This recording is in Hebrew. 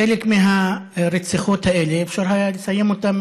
חלק מהרציחות האלה, אפשר היה לסיים אותן